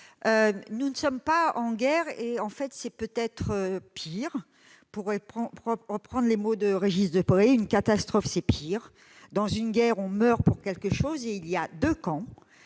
nous ne sommes pas en guerre et, en fait, c'est peut-être pire, pour reprendre les mots de Régis Debray :« En fait, une catastrophe, c'est pire. Dans une guerre, on meurt pour quelque chose et il y a deux camps.